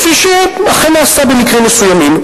כפי שאכן נעשה במקרים מסוימים,